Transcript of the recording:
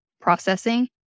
processing